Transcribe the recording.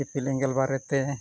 ᱤᱯᱤᱞ ᱮᱸᱜᱮᱞ ᱵᱟᱨᱮᱛᱮ